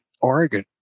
Oregon